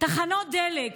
תחנות דלק,